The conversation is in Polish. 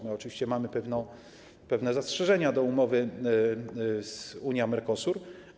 My oczywiście mamy pewne zastrzeżenia do umowy Unia - Mercosur.